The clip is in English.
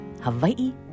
Hawaii